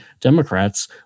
Democrats